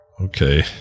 Okay